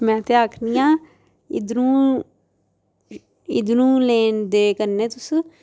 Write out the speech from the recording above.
में ते आक्खनी आं इद्धरूं इद्धरूं लैंदे कन्नै तुस